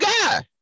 guy